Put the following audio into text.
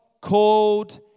called